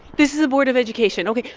this is the board of education, ok.